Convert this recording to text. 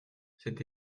cette